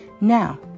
Now